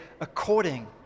according